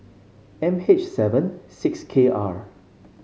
M H seven six K R